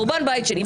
חורבן בית שני,